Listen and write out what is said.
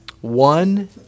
one